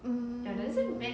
mm